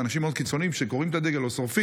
אלה אנשים מאוד קיצוניים שקורעים את הדגל או שורפים.